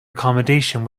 accommodation